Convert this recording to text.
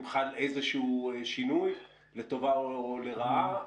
אם חל איזשהו שינוי לטובה או לרעה.